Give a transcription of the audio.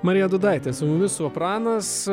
marija dūdaitė su mumis sopranas